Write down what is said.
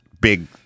big